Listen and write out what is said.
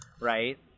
right